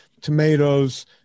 tomatoes